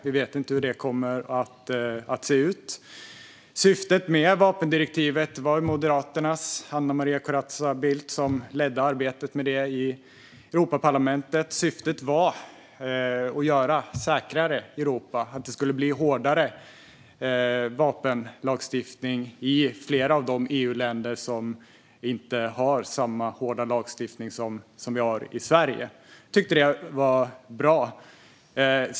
Vi vet inte hur det kommer att se ut. Syftet med vapendirektivet - det var ju Moderaternas Anna Maria Corazza Bildt som ledde arbetet med det i Europaparlamentet - var att göra Europa säkrare, att det skulle bli hårdare vapenlagstiftning i flera av de EU-länder som inte har samma hårda lagstiftning som vi har i Sverige. Jag tycker att det var bra.